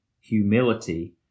humility